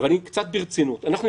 -- ואם משהו לא מסתדר, נלך גם לאמריקנים.